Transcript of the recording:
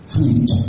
Fruit